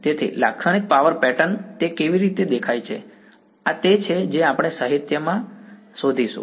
તેથી લાક્ષણિક power pattern તે કેવી રીતે દેખાય છે આ તે છે જે આપણે સાહિત્યમાં શોધીશું